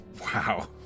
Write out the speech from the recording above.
Wow